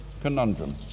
conundrum